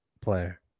player